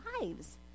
lives